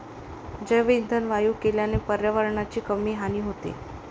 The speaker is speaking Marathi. जैवइंधन वायू केल्याने पर्यावरणाची कमी हानी होते